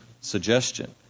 suggestion